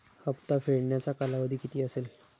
हप्ता फेडण्याचा कालावधी किती असेल?